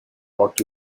brought